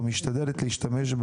או משתדלת להשתמש,